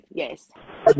yes